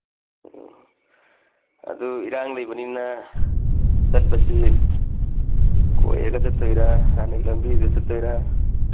ꯑ ꯑꯗꯨ ꯏꯔꯥꯡ ꯂꯩꯕꯅꯤꯅ ꯆꯠꯄꯁꯤ ꯀꯣꯏꯔꯒ ꯆꯠꯇꯣꯏꯔꯥ ꯍꯥꯟꯅꯒꯤ ꯂꯝꯕꯤꯗꯨꯗ ꯆꯠꯇꯣꯏꯔꯥ